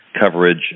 coverage